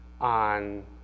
on